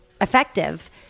effective